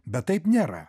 bet taip nėra